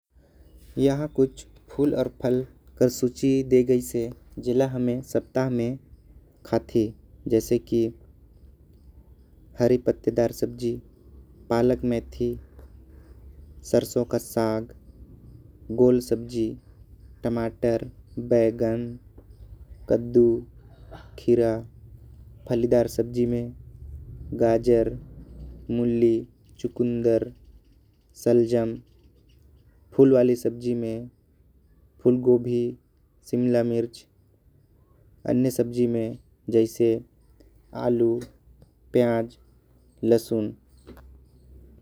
यह कुछ फल आऊ फल के सूची देह गैस है। जिला हमे सप्ताह में खाती जैसे कि हरे पत्ते दर सब्जी। पालक सरसों कर साग गुल सब्जी टमाटर, बैगन, कद्दू, खीरा। फली डाल सब्जी में गाजर, मूली, चुकंदर, फूल वाला सब्जी। में फूल गोभी शिमला मिर्च अन्या सब्जी में जैसे आलू, प्याज, लहसुन।